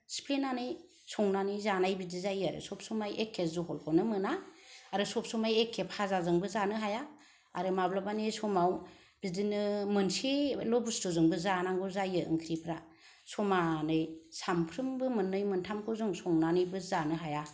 सिफ्लेनानै संनानै जानाय बिदि जायो आरो सब समाय एखे जहलखौनो मोना आरो सब समय एखे फाजाजोंबो जानो हाया आरो माब्लाबानि समाव बिदिनो मोनसेल' बुस्थुजोंबो जानांगौ जायो ओंख्रिफ्रा समानै सामफ्रोमबो मोननै मोनथामखौ जों संनानैबो जानो हाया